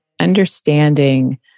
Understanding